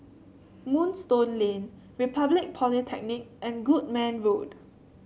Moonstone Lane Republic Polytechnic and Goodman Road